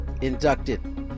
inducted